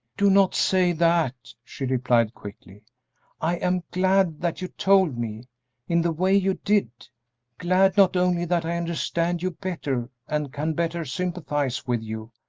do not say that, she replied, quickly i am glad that you told me in the way you did glad not only that i understand you better and can better sympathize with you,